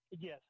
Yes